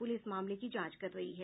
police मामले की जांच कर रही है